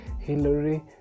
Hillary